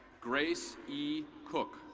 grace e. cook.